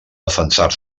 defensar